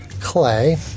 clay